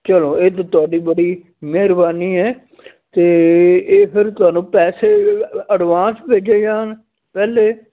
ਚਲੋ ਇਹ ਤਾਂ ਤੁਹਾਡੀ ਬੜੀ ਮਿਹਰਬਾਨੀ ਹੈ ਅਤੇ ਇਹ ਫਿਰ ਤੁਹਾਨੂੰ ਪੈਸੇ ਐਡਵਾਂਸ ਭੇਜੇ ਜਾਣ ਪਹਿਲੇ